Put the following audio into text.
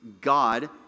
God